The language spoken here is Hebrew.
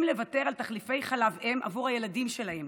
לוותר על תחליפי חלב אם עבור הילדים שלהם